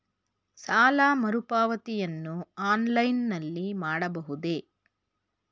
ಸಾಲ ಮರುಪಾವತಿಯನ್ನು ಆನ್ಲೈನ್ ನಲ್ಲಿ ಮಾಡಬಹುದೇ?